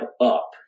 up